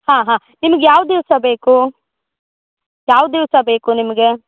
ಹಾಂ ಹಾಂ ನಿಮ್ಗೆ ಯಾವ ದಿವಸ ಬೇಕು ಯಾವ ದಿವಸ ಬೇಕು ನಿಮಗೆ